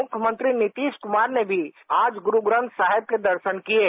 मुख्यमंत्री नीतीश कुमार ने भी आज गुरू ग्रंथ साहिब के दर्शन किये